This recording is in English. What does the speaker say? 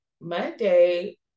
Monday